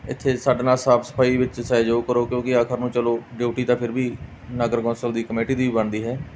ਇੱਥੇ ਸਾਡੇ ਨਾਲ ਸਾਫ਼ ਸਫਾਈ ਵਿੱਚ ਸਹਿਯੋਗ ਕਰੋ ਕਿਉਂਕਿ ਆਖਰ ਨੂੰ ਚਲੋ ਡਿਊਟੀ ਤਾਂ ਫਿਰ ਵੀ ਨਗਰ ਕੌਂਸਲ ਦੀ ਕਮੇਟੀ ਦੀ ਬਣਦੀ ਹੈ